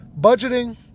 budgeting